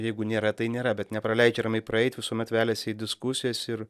jeigu nėra tai nėra bet nepraleidžia ramiai praeit visuomet veliasi į diskusijas ir